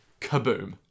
kaboom